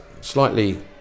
slightly